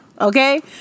okay